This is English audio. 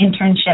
internship